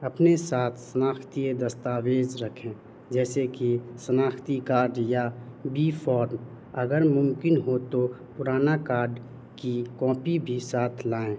اپنے ساتھ شناختی دستاویز رکھیں جیسے کہ شناختی کارڈ یا بی فارم اگر ممکن ہو تو پرانا کارڈ کی کاپی بھی ساتھ لائیں